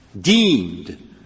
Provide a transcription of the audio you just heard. deemed